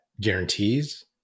guarantees